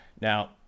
Now